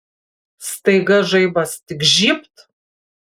staiga žaibas tik žybt